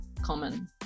common